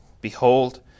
Behold